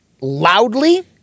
loudly